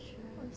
sure